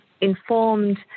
informed